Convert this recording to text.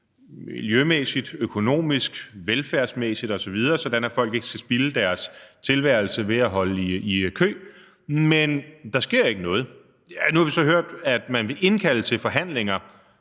miljømæssigt, økonomisk, velfærdsmæssigt osv., sådan at folk ikke skal spilde deres tilværelse på at holde i kø. Men der sker ikke noget. Nu har vi så hørt, at man vil indkalde til forhandlinger